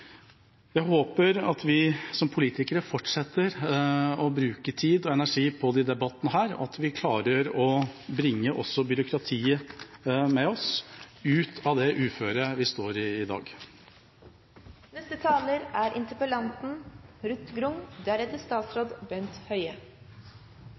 håper at vi som politikere fortsetter å bruke tid og energi på disse debattene, og at vi klarer å bringe også byråkratiet med oss ut av det uføret vi står i i